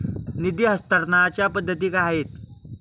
निधी हस्तांतरणाच्या पद्धती काय आहेत?